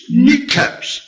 kneecaps